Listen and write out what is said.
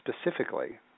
specifically